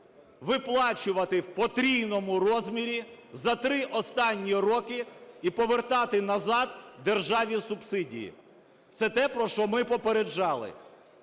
виплачувати в потрійному розмірі за три останні роки і повертати назад державі субсидії. Це те, про що ми попереджали.